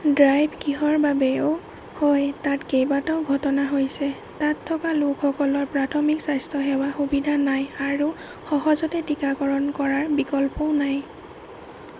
drive কিহৰ বাবে অ' হয় তাত কেইবাটাও ঘটনা হৈছে তাত থকা লোকসকলৰ প্ৰাথমিক স্বাস্থ্যসেৱা সুবিধা নাই আৰু সহজতে টিকাকৰণ কৰাৰ বিকল্পও নাই